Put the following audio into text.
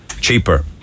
cheaper